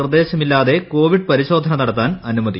നിർദ്ദേശമില്ലാതെ covid പരിശോധന നടത്താൻ അനുമതി